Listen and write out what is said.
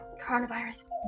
Coronavirus